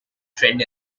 trend